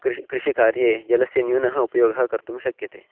कृषिः कृषिकार्ये जलस्य न्यूनः उपयोगः कर्तुं शक्यते